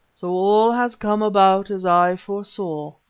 so all has come about as i foresaw,